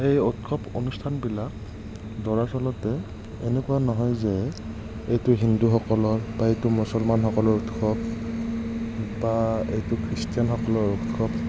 এই উৎসৱ অনুষ্ঠান বিলাক দৰাচলতে এনেকুৱা নহয় যে এইটো হিন্দুসকলৰ বা এইটো মুছলমানসকলৰ উৎসৱ বা এইটো খ্ৰীষ্টিয়ানসকলৰ উৎসৱ